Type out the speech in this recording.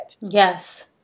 Yes